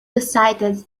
excited